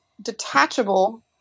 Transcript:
detachable